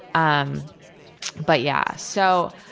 um but, yeah. so,